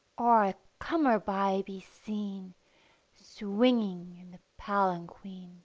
or a comer-by be seen swinging in the palanquin